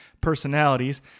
personalities